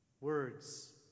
words